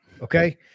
okay